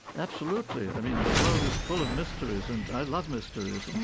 absolutely. i mean, the world is full of mysteries, and i love mysteries.